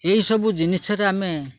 ଏହିଇସବୁ ଜିନିଷରେ ଆମେ